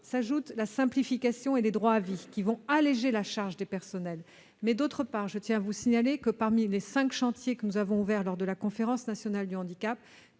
Cette simplification et les droits à vie allégeront la charge des personnels. Par ailleurs, je tiens à vous signaler que, parmi les cinq chantiers que nous avons ouverts lors de la conférence nationale du handicap,